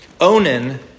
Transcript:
Onan